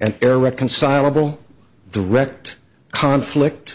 an irreconcilable direct conflict